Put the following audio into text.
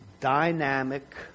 dynamic